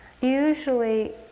Usually